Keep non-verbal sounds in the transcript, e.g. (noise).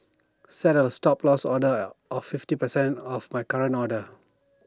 set A Stop Loss order (noise) of fifty percent of my current order